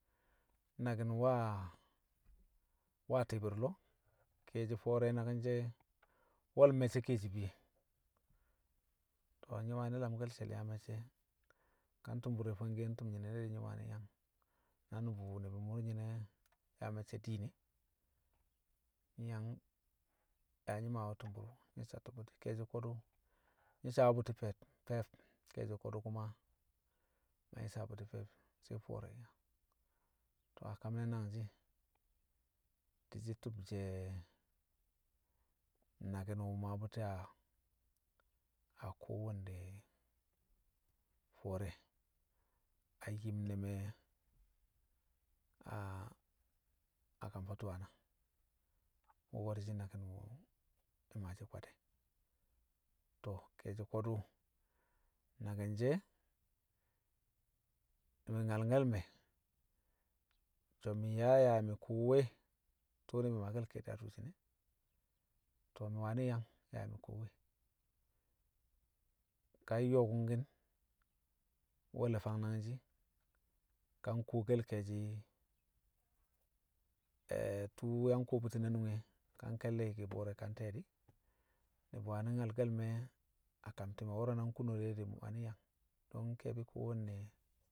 Naki̱n wa, wa ti̱i̱bi̱r lo̱o̱, ke̱e̱shi̱ fo̱o̱re̱ naki̱n she̱ nwo̱l me̱cce̱ ke̱e̱shi̱ fiye. To̱ nyi̱ wani̱ lamke̱l she̱l yaa me̱cce̱ ka ntṵmbṵr re̱ fangkiye ntu̱m nyi̱ne̱ de̱ nyi̱ wani̱ yang na nṵbṵ ni̱bi̱ mmṵr nyi̱ne̱ yaa me̱cce̱ diin e, nyi̱ yang yaa nyi̱ maawe̱ tṵmbṵr nyi̱ satto̱ bṵti̱, ke̱e̱shi̱ ko̱du̱ nyi̱ sawẹ bu̱ti̱ fe̱b fe̱b, ke̱e̱shi̱ ku̱ma ma nyi̱ sawe̱ bṵti̱ fe̱b sai fo̱o̱re̱ nyaa. To̱ a kam ne̱ nangshi̱ di̱shi̱ tu̱bshe̱ naki̱n mṵ maa bṵti̱ a- a kowanne fo̱o̱re̱ a yim ne̱ me̱ a kam Patuwana. Wṵko̱ di̱shi̱ naki̱n wṵ mi̱ maashi̱ kwad e̱. To̱, ke̱e̱shi̱ ko̱dṵ naki̱n she̱ ni̱bi̱ nyalke̱l me̱ so̱ mi̱ yaa ya mi̱ kuwowe tṵṵ ni̱bi̱ maakel ke̱e̱di̱ a durshin e. To̱, mi̱ wani̱ yang yaa mi kuwowe, ka nyo̱o̱kṵngki̱n we̱ le̱ fang nangji̱, ka nkuwokel ke̱e̱shi̱ tṵṵ yang kuwo bṵti̱ na nunge ka nke̱lle̱ yi̱ki̱ bo̱o̱re̱ ka nte̱e̱ di̱, ni̱bi̱ wani̱ nyalke̱le̱ me̱ a kam ti̱me̱ wo̱ro̱ na nkuno de̱ di̱ mi̱ wani̱ yang. To̱ nke̱e̱bi̱ kowanne naki̱n wa